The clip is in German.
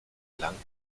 lang